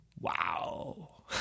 Wow